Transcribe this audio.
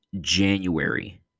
January